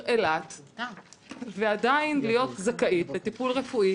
אילת ועדיין להיות זכאית לטיפול רפואי